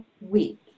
week